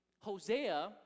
Hosea